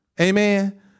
Amen